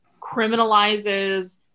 criminalizes